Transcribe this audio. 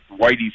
Whitey